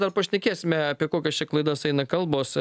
dar pašnekėsime apie kokias čia klaidas eina kalbos